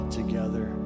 together